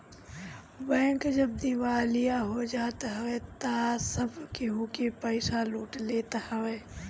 bank जब दिवालिया हो जात हवे तअ सब केहू के पईसा लूट लेत हवे